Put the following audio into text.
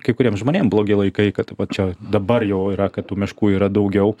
kai kuriem žmonėm blogi laikai kad vat čia dabar jau yra kad tų miškų yra daugiau